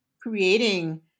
creating